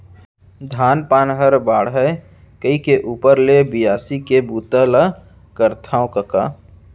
धान पान हर बाढ़य कइके ऊपर ले बियासी के बूता ल करथव कका